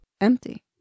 empty